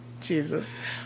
Jesus